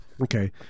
Okay